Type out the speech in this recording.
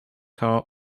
car